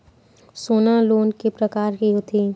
सोना लोन के प्रकार के होथे?